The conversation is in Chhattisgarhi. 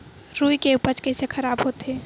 रुई के उपज कइसे खराब होथे?